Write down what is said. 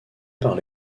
par